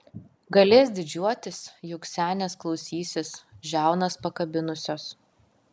galės didžiuotis juk senės klausysis žiaunas pakabinusios